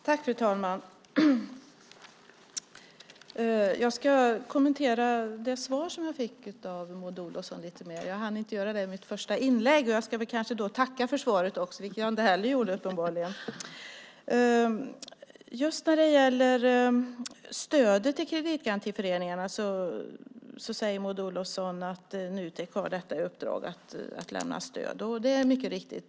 Fru talman! Jag ska kommentera det svar jag fick av Maud Olofsson lite mer. Jag hann inte göra det i mitt första inlägg. Jag ska också tacka för svaret, vilket jag inte gjorde. När det gäller stödet till kreditgarantiföreningarna säger Maud Olofsson att Nutek har i uppdrag att lämna stöd. Det är mycket riktigt.